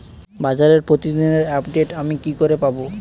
বাজারের প্রতিদিন আপডেট আমি কি করে পাবো?